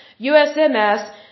USMS